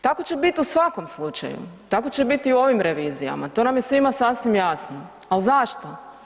Tako će bit u svakom slučaju, tako će biti i u ovim revizijama, to nam je svima sasvim jasno, al zašto?